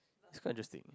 is quite interesting